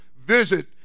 visit